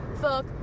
Fuck